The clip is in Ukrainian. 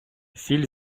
сіль